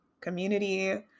community